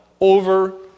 over